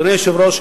אדוני היושב-ראש,